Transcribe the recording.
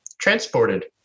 transported